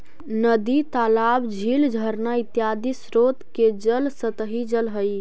नदी तालाब, झील झरना इत्यादि स्रोत के जल सतही जल हई